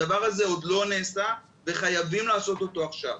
הדבר הזה עוד לא נעשה וחייבים לעשות אותו עכשיו.